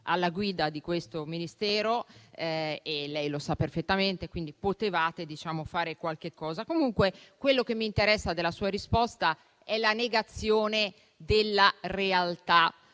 alla guida di questo Ministero, come lei sa perfettamente. Potevate fare qualche cosa. Ciò che mi interessa della sua risposta è la negazione della realtà.